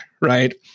Right